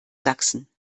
sachsen